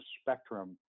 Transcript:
spectrum